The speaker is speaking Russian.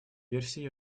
версия